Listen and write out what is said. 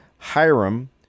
Hiram